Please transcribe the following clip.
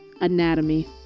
anatomy